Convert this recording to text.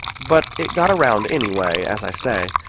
but it got around, anyway, as i say,